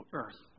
earth